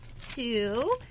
two